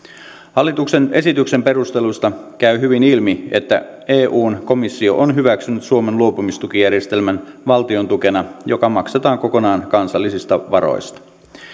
hallituksen esityksen perusteluista käy hyvin ilmi että eun komissio on hyväksynyt suomen luopumistukijärjestelmän valtiontukena joka maksetaan kokonaan kansallisista varoista